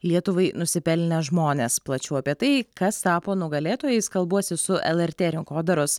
lietuvai nusipelnę žmonės plačiau apie tai kas tapo nugalėtojais kalbuosi su lrt rinkodaros